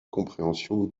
compréhension